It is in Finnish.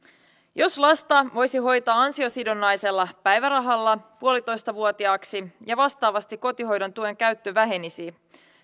jos lasta voisi hoitaa ansiosidonnaisella päivärahalla puolitoistavuotiaaksi ja vastaavasti kotihoidon tuen käyttö vähenisi